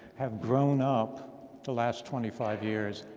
have grown up the last twenty five years,